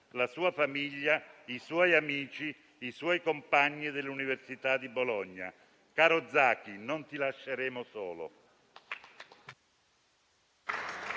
la sua famiglia, i suoi amici e i suoi compagni dell'Università di Bologna. Caro Zaki, non ti lasceremo solo.